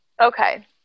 Okay